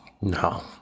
No